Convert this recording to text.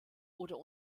oder